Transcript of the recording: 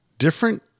different